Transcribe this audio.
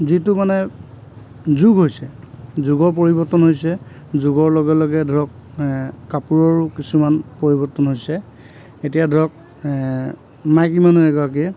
যিটো মানে যুগ হৈছে যুগৰ পৰিবৰ্তন হৈছে যুগৰ লগে লগে ধৰক কাপোৰৰো কিছুমান পৰিবৰ্তন হৈছে এতিয়া ধৰক মাইকী মানুহ এগৰাকীয়ে